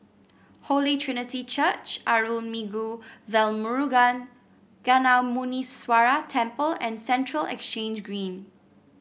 Holy Trinity Church Arulmigu Velmurugan Gnanamuneeswarar Temple and Central Exchange Green